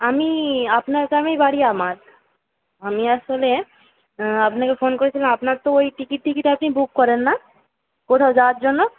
আমি আপনার গ্রামেই বাড়ি আমার আমি আসলে আপনাকে ফোন করেছিলাম আপনার তো ওই টিকিট টিকিট আপনি বুক করেন না কোথাও যাওয়ার জন্য